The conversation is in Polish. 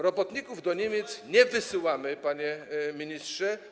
Robotników do Niemiec nie wysyłamy, panie ministrze.